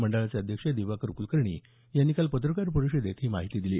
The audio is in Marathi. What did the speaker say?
मंडळाचे अध्यक्ष दिवाकर कुलकर्णी यांनी काल पत्रकार परिषदेत याची माहिती दिली